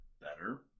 better